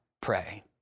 pray